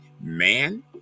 man